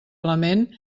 element